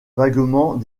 vaguement